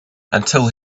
until